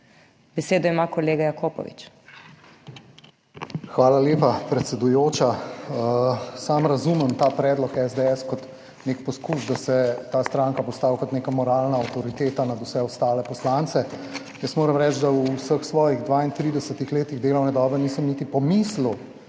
(PS Levica):** Hvala lepa, predsedujoča. Sam razumem ta predlog SDS kot nek poskus, da se ta stranka postavi kot neka moralna avtoriteta nad vse ostale poslance. Jaz moram reči, da v vseh svojih 32 letih delovne dobe nisem niti pomislil,